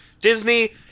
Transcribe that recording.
disney